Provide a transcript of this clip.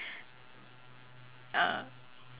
uh